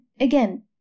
again